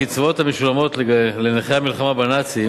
הקצבאות המשולמות לנכי המלחמה בנאצים